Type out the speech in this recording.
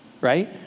right